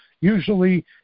Usually